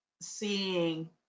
seeing